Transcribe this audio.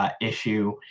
Issue